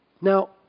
Now